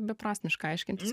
beprasmiška aiškintis